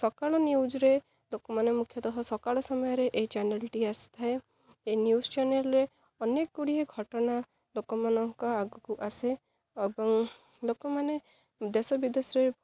ସକାଳ ନ୍ୟୁଜ୍ରେ ଲୋକମାନେ ମୁଖ୍ୟତଃ ସକାଳ ସମୟରେ ଏହି ଚ୍ୟାନେଲ୍ଟି ଆସିଥାଏ ଏଇ ନ୍ୟୁଜ୍ ଚ୍ୟାନେଲ୍ରେ ଅନେକ ଗୁଡ଼ିଏ ଘଟଣା ଲୋକମାନଙ୍କ ଆଗକୁ ଆସେ ଏବଂ ଲୋକମାନେ ଦେଶ ବିଦେଶରେ